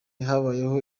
habayeho